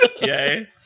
Yay